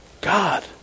God